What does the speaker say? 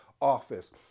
office